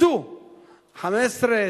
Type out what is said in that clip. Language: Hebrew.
15%,